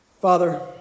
Father